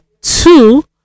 two